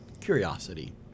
curiosity